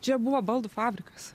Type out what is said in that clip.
čia buvo baldų fabrikas